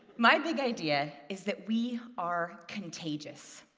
my big idea is that we are contagious.